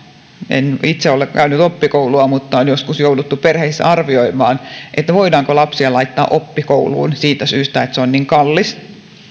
en itse ole käynyt oppikoulua on joskus jouduttu perheissä arvioimaan voidaanko lapsia laittaa oppikouluun siitä syystä että se on niin kallis